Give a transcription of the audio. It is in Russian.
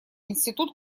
институт